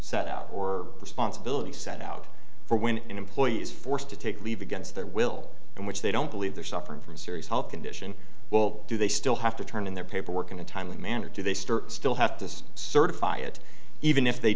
set out or responsibility set out for when an employee is forced to take leave against their will and which they don't believe they're suffering from serious health condition will do they still have to turn in their paperwork in a timely manner do they start still have to certify it even if they